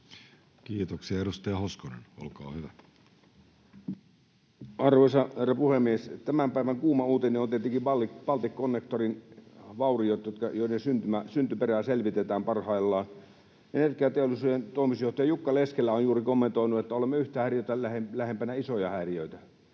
Kiitoksia. — Edustaja Hoskonen, olkaa hyvä. Arvoisa herra puhemies! Tämän päivän kuuma uutinen on tietenkin Balticconnectorin vauriot, joiden syntyperää selvitetään parhaillaan. Energiateollisuuden toimitusjohtaja Jukka Leskelä on juuri kommentoinut, että olemme yhtä häiriötä lähempänä isoja häiriöitä.